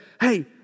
hey